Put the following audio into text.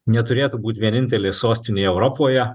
neturėtų būt vienintelė sostinė europoje